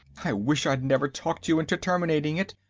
i wish i'd never talked you into terminating it.